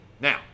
Now